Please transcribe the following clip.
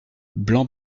blanc